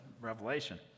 revelation